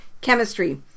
chemistry